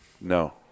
No